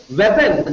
weapon